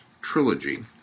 trilogy